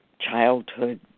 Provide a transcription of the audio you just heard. childhood